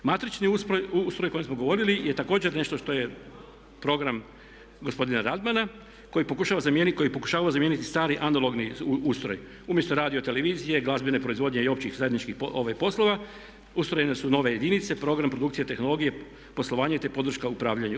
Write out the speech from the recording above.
Matrični ustroj o kojem smo govorili je također nešto što je program gospodina radmana koji je pokušavao zamijeniti stali analogni ustroj umjesto radiotelevizije, glazbene proizvodnje i općih zajedničkih poslova ustrojene su nove jedinice program produkcije, tehnologije, poslovanje te podrška upravljanju.